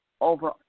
Over